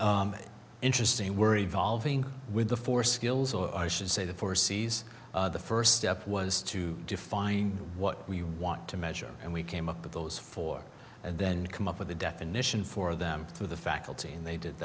elf interesting we're evolving with the four skills or i should say the four c's first step was to define what we want to measure and we came up with those four and then come up with a definition for them through the faculty and they did